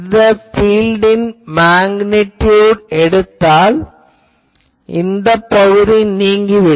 இந்த பீல்ட் ன் மேக்னிடியுட் எடுத்தால் இந்த பகுதி நீங்கிவிடும்